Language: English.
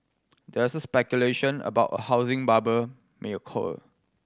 there is speculation about a housing bubble may occur